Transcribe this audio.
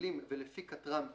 המילים "ולפי כטר"מ וכט"ר"